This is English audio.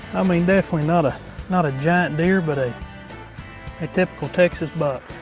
i mean definitely not ah not a giant deer, but a a typical texas buck.